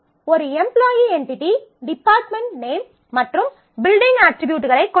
ஒரு employee entity department name மற்றும் building அட்ரிபியூட்களைக் கொண்டுள்ளது